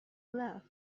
love